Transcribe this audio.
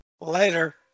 later